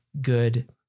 good